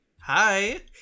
hi